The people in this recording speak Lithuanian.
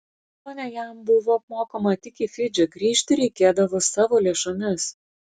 kelionė jam buvo apmokama tik į fidžį grįžti reikėdavo savo lėšomis